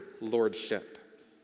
lordship